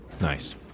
Nice